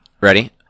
ready